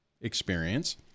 experience